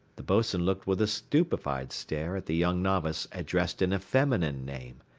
the boatswain looked with a stupefied stare at the young novice addressed in a feminine name,